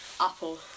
Apple